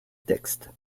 texte